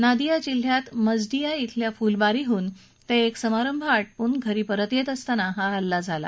नदिया जिल्ह्यात मजदिया इथल्या फुलबारीहून ते एक समारंभ आटोपून घरी परत येत असताना हा हल्ला झाला